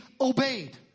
obeyed